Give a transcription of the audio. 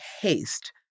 haste